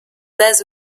base